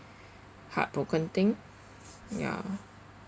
heartbroken thing ya